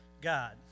God